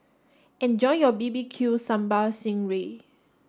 enjoy your B B Q sambal sting ray